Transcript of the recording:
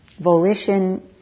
volition